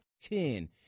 ten